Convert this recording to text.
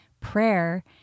prayer